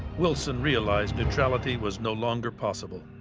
wilson realized neutrality was no longer possible.